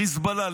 החיזבאללה,